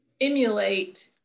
emulate